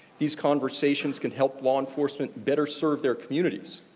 these conversations can help law enforcement better serve their communities.